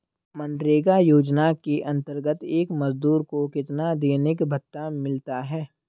मनरेगा योजना के अंतर्गत एक मजदूर को कितना दैनिक भत्ता मिलता है?